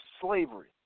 slavery